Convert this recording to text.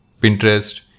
Pinterest